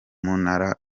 umunara